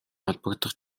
холбогдох